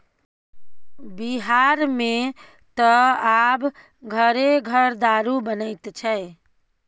बिहारमे त आब घरे घर दारू बनैत छै